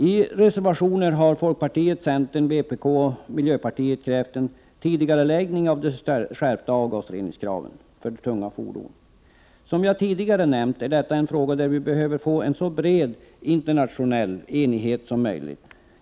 I reservationer har folkpartiet, centern, vpk och miljöpartiet krävt en tidigareläggning av de skärpta avgasreningskraven för tunga fordon. Som jag tidigare nämnt är detta en fråga som vi behöver få en så bred internationell enighet i som möjligt.